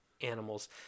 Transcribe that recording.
animals